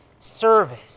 service